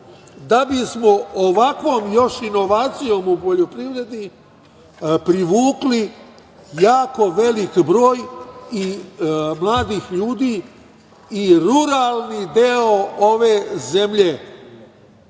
da bismo ovakvom još inovacijom u poljoprivredi privukli jako velik broj i mladih ljudi i ruralni deo ove zemlje